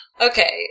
Okay